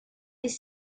les